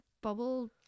bubble